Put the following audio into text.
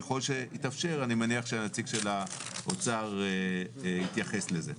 ככל שיתאפשר אני מניח שהנציג של האוצר יתייחס לזה.